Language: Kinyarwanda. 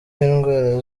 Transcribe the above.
w’indwara